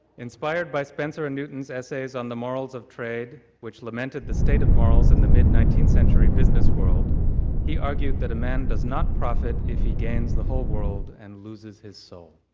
inspired by spencer and newton's essays on the the morals of trade, which lamented the state of morals in the mid nineteenth century business world he argued that a man does not profit if he gains the whole world and loses his soul.